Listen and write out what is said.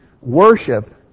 worship